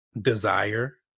desire